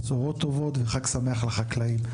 בשורות טובות וחג שמח לחקלאים.